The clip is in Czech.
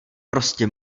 prostě